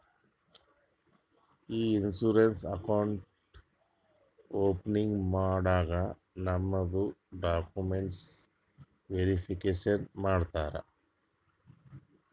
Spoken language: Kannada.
ಇ ಇನ್ಸೂರೆನ್ಸ್ ಅಕೌಂಟ್ ಓಪನಿಂಗ್ ಮಾಡಾಗ್ ನಮ್ದು ಡಾಕ್ಯುಮೆಂಟ್ಸ್ ವೇರಿಫಿಕೇಷನ್ ಮಾಡ್ತಾರ